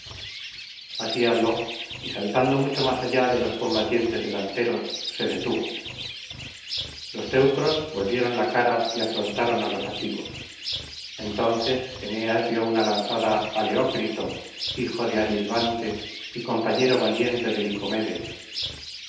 así habló y saltando mucho más allá de los combatientes delanteros se detuvo los teucros volvieron la caray afrontaron álos aquivos entonces eneas dio una lanzada á leócrito hijo de arisbante y compañero valiente de licomedes